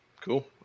cool